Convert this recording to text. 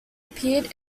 appeared